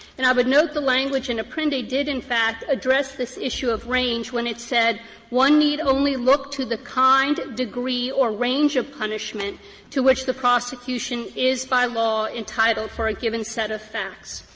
and i would note the language in apprendi did, in fact, address this issue of range when it said one need only look to the kind, degree, or range of punishment to which the prosecution is by law entitled for a given set of facts.